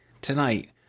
tonight